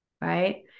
Right